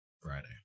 friday